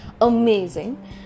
amazing